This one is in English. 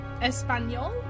Espanol